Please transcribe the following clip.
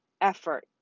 effort